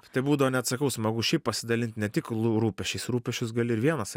tai būdavo net sakau smagu šiaip pasidalint ne tik rūpesčiais rūpesčius gali ir vienas